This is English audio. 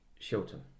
Shilton